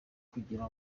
kugira